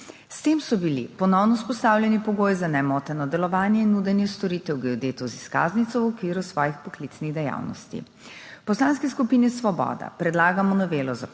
S tem so bili ponovno vzpostavljeni pogoji za nemoteno delovanje in nudenje storitev geodetov z izkaznico v okviru svojih poklicnih dejavnosti. V Poslanski skupini Svoboda predlagano novelo zakona, ki